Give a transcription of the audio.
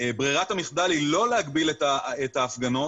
ברירת המחדל היא לא להגביל את ההפגנות